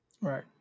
right